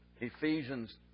Ephesians